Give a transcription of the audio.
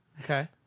okay